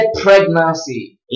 pregnancy